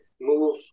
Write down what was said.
move